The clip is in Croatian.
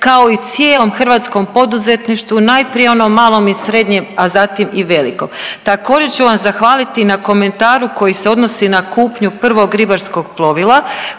kao i cijelom hrvatskom poduzetništvu, najprije onom malom i srednjem, a zatim i velikom. Također ću vam zahvaliti na komentaru koji se odnosi na kupnju prvog ribarskog plovila